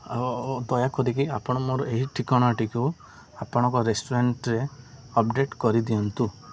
ଆଉ ଦୟା କିରିକି ଆପଣ ମୋର ଏହି ଠିକଣାଟିକୁ ଆପଣଙ୍କ ରେଷ୍ଟୁରାଣ୍ଟରେ ଅପଡ଼େଟ୍ କରିଦିଅନ୍ତୁ